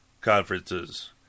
conferences